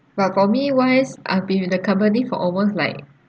but for me wise I've been with the company for almost like